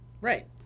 Right